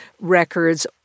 records